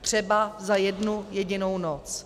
Třeba za jednu jedinou noc.